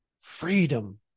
freedom